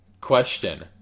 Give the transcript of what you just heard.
question